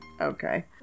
Okay